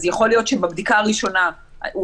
אז יכול להיות שבבדיקה הראשונה הוא